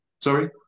sorry